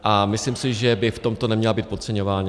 A myslím si, že by v tomto neměla být podceňována.